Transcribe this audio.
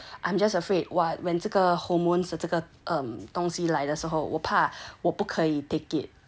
so I'm just afraid what when 这个 hormones 这个 um 东西来的时候我怕我不可以 take it like um